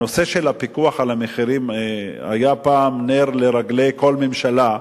הנושא של הפיקוח על המחירים היה פעם נר לרגלי כל ממשלה,